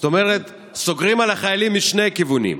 זאת אומרת, סוגרים על החיילים משני כיוונים.